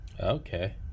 Okay